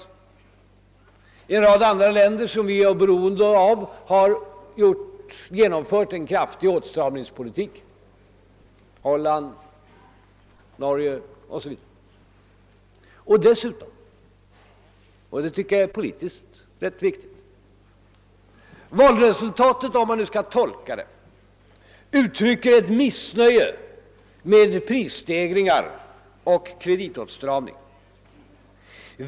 I en rad andra länder som vi är beroende av har genomförts en kraftig åtstramningspolitik — det gäller bl.a. Holland och Norge. Dessutom — och det tycker jag är politiskt rätt viktigt — uttryckte valresultatet, om man nu skall tolka det, ett missnöje med prisstegringar och kreditåtstramning.